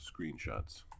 screenshots